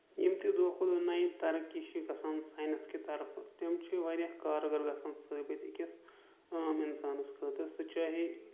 یِم تہِ دۄہ کھوتہٕ دۄہ نَیہِ ترقی چھِ گژھان سایٚنس کہِ طرفہٕ تِم چھِ واریاہ کارگر گژھان صٲبِت أکِس عام اِنسانَس خٲطٔرسُہ چاہے